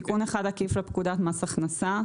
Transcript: תיקון אחד עקיף לפקודת מס הכנסה,